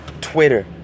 Twitter